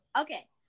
Okay